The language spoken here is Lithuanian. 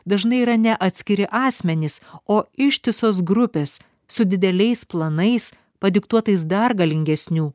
dažnai yra ne atskiri asmenys o ištisos grupės su dideliais planais padiktuotais dar galingesnių